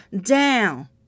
down